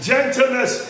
Gentleness